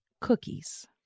cookies